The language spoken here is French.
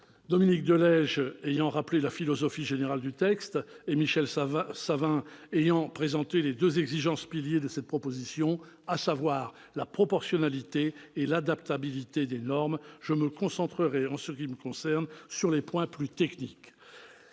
Dominique de Legge ayant rappelé la philosophie générale du texte et Michel Savin ayant présenté les deux exigences piliers de cette proposition, à savoir la proportionnalité et l'adaptabilité des normes, je me concentrerai sur les points plus techniques.